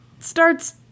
starts